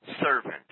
servant